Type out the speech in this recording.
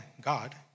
God